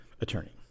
attorney